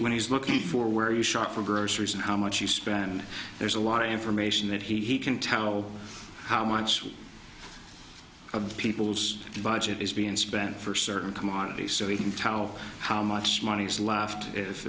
when he's looking for where you shop for groceries and how much you spend and there's a lot of information that he can tell how much of people's budget is being spent for certain commodities so he can tell how much money is left